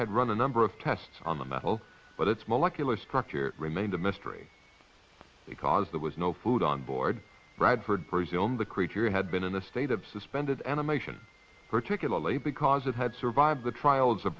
had run a number of tests on the metal but its molecular structure remained a mystery because there was no food on board bradford presume the creature had been in a state of suspended animation particularly because it had survived the trials